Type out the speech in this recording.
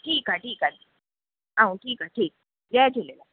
ठीकु आहे ठीकु आहे ऐं ठीकु आहे जय झूलेलाल